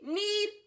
need